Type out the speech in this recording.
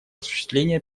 осуществление